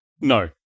No